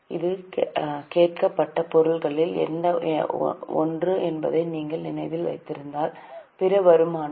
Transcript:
இது கேட்கப்பட்ட பொருட்களில் ஒன்று என்பதை நீங்கள் நினைவில் வைத்திருந்தால் பிற வருமானம்